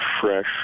fresh